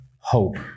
hope